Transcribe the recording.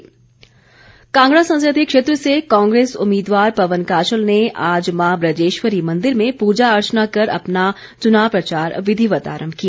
पवन काजल कांगड़ा संसदीय क्षेत्र से कांग्रेस उम्मीदवार पवन काजल ने आज मां बजेश्वरी मंदिर में पूजा अर्चना कर अपना चुनाव प्रचार विधिवत आरंभ किया